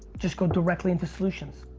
just go directly into solutions.